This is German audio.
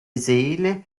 seele